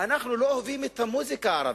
אנחנו לא אוהבים את המוזיקה הערבית.